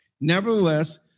Nevertheless